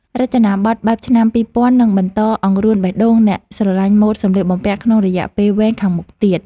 រចនាប័ទ្មបែបឆ្នាំពីរពាន់នឹងបន្តអង្រួនបេះដូងអ្នកស្រឡាញ់ម៉ូដសម្លៀកបំពាក់ក្នុងរយៈពេលវែងខាងមុខទៀត។